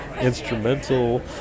instrumental